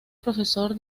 profesor